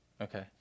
Okay